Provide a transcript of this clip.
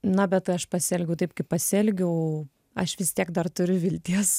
na bet aš pasielgiau taip kaip pasielgiau aš vis tiek dar turiu vilties